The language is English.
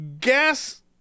gas